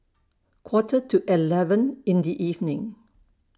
Quarter to eleven in The evening